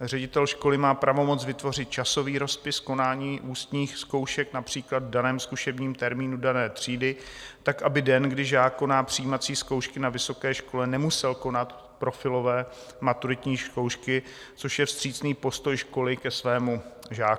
Ředitel školy má pravomoc vytvořit časový rozpis konání ústních zkoušek například v daném zkušebním termínu dané třídy tak, aby den, kdy žák koná přijímací zkoušky na vysoké škole, nemusel konat profilové maturitní zkoušky, což je vstřícný postoj školy k jejímu žákovi.